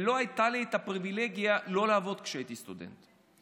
לא הייתה לי הפריבילגיה לא לעבוד כשהייתי סטודנט.